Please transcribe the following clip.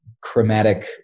chromatic